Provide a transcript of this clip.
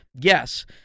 yes